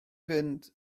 fynd